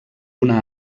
una